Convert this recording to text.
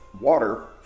water